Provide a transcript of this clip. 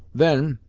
then,